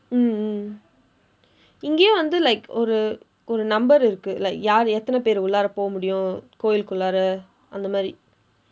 mm mm இங்கேயும் வந்து:ingkeeyum vandthu like ஒரு ஒரு:oru oru number இருக்கு:irukku like யாரு எத்தனை பேர் உள்ளார போக முடியும் கோவிலுக்கு உள்ளார அந்த மாதிரி:yaaru eththanai peer ullaara pooka mudiyum koovilukku ullaara andtha maathiri